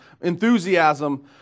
enthusiasm